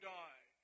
die